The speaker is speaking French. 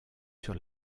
sur